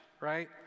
right